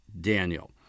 Daniel